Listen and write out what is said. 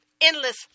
endless